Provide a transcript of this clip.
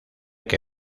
que